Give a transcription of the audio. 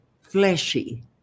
fleshy